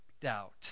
doubt